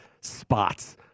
spots